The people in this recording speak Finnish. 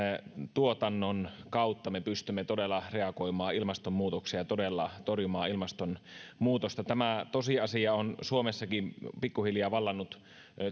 tuotannon kautta me pystymme todella reagoimaan ilmastonmuutokseen ja todella torjumaan ilmastonmuutosta tämä tosiasia on suomessakin pikkuhiljaa vallannut